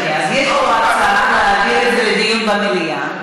יש פה הצעה להעביר את זה לדיון במליאה.